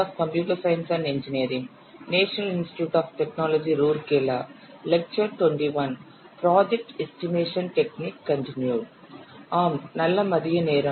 ஆம் நல்ல மதியம் நேரம்